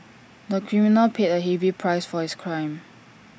the criminal paid A heavy price for his crime